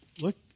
Look